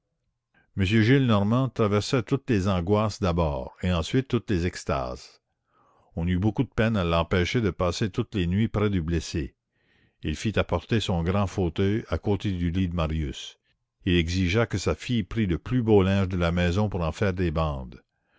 m gillenormand traversa toutes les angoisses d'abord et ensuite toutes les extases on eut beaucoup de peine à l'empêcher de passer toutes les nuits près du blessé il fit apporter son grand fauteuil à côté du lit de marius il exigea que sa fille prît le plus beau linge de la maison pour en faire des bandes